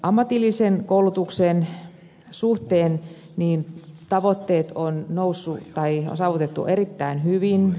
ammatillisen koulutuksen suhteen tavoitteet on saavutettu erittäin hyvin